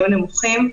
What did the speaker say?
יהיו נמוכים.